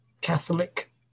catholic